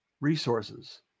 Resources